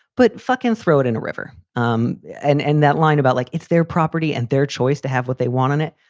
but fucking throw it in a river. um yeah and and that line about like it's their property and their choice to have what they want it.